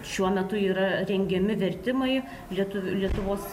šiuo metu yra rengiami vertimai lietuvių lietuvos